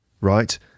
right